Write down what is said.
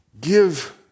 give